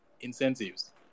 incentives